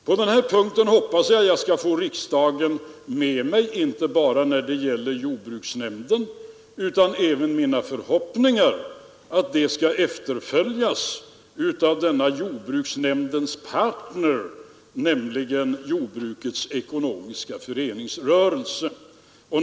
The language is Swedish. På denna punkt hoppas jag att jag skall få riksdagen med mig när det gäller jordbruksnämnden, och min förhoppning är att exemplet även skall följas av jordbruksnämndens partner, dvs. jordbrukarnas ekonomiska föreningsrörelse.